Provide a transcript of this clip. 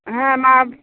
হ্যাঁ মাপ